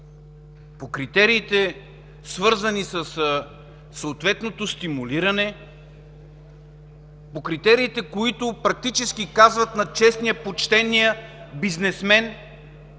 По критериите, свързани със съответното стимулиране, по критериите, които практически казват на честния, почтения бизнесмен: